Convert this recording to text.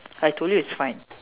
I told you it's fine